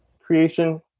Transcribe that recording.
creation